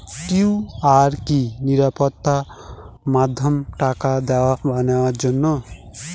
QR কি নিরাপদ মাধ্যম টাকা দেওয়া বা নেওয়ার জন্য?